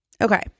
Okay